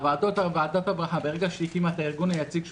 כאשר ועדת העבודה והרווחה הקימה את הארגון היציג,